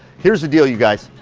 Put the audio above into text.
here's the deal you guys.